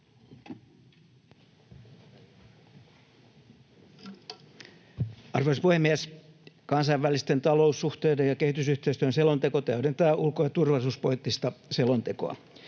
Arvoisa puhemies! Kansainvälisten taloussuhteiden ja kehitysyhteistyön selonteko täydentää ulko- ja turvallisuuspoliittista selontekoa.